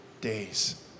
days